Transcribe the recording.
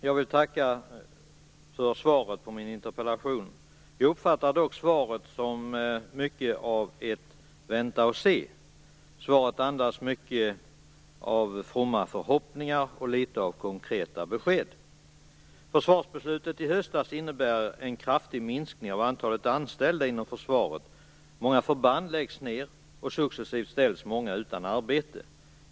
Fru talman! Jag vill tacka för svaret på min interpellation. Jag uppfattar dock svaret som att man skall vänta och se. Svaret andas mycket av fromma förhoppningar och litet av konkreta besked. Försvarsbeslutet i höstas innebär en kraftig minskning av antalet anställda inom försvaret. Många förband läggs ned, och successivt ställs många utan arbete.